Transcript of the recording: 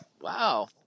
wow